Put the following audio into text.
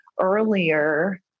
earlier